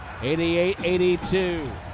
88-82